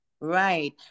Right